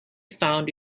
found